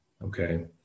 Okay